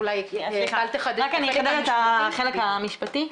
אני אחדד את החלק המשפטי.